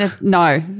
No